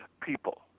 people